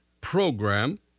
program